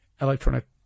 electronic